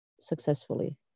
successfully